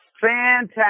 Fantastic